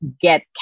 get